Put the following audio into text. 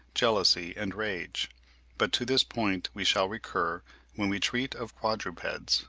jealousy and rage but to this point we shall recur when we treat of quadrupeds.